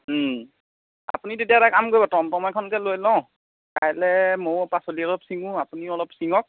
আপুনি তেতিয়া এটা কাম কৰিব টমটম এখনকে লৈ লওঁ কাইলৈ ময়ো পাচলি অলপ চিঙো আপুনিও অলপ চিঙক